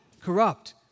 corrupt